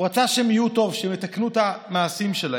הוא רצה שהם יהיו לטוב, שהם יתקנו את המעשים שלהם.